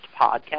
podcast